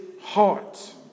heart